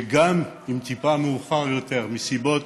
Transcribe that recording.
וגם טיפה מאוחר יותר, מסיבות